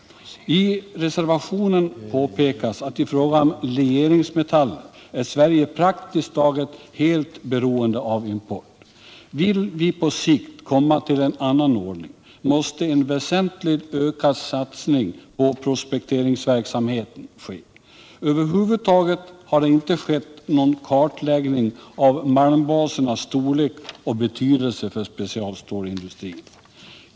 I reservationen påpekas att i fråga om legeringsmetaller är Sverige praktiskt taget helt beroende av import. Vill vi på sikt komma till en annan ordning, måste en väsentligt ökad satsning på prospekteringsverksamheten ske. Det har över huvud taget icke skett någon kartläggning av malmbasernas storlek och betydelse för specialstålindustrin.